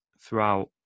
throughout